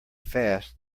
fast